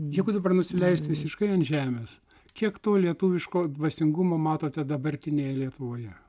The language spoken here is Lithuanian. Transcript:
jeigu dabar nusileist visiškai ant žemės kiek to lietuviško dvasingumo matote dabartinėje lietuvoje